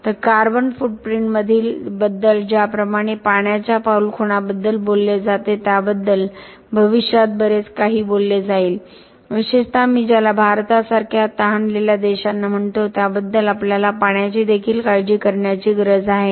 तर कार्बन फूटप्रिंटबद्दल ज्याप्रमाणे पाण्याच्या पाऊलखुणाबद्दल बोलले जाते त्याबद्दल भविष्यात बरेच काही बोलले जाईल विशेषत मी ज्याला भारतासारख्या तहानलेल्या देशांना म्हणतो त्याबद्दल आपल्याला पाण्याची देखील काळजी करण्याची गरज आहे